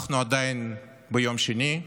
אנחנו עדיין ביום שני,